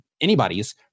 anybody's